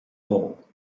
hall